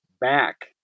back